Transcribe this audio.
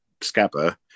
Scabber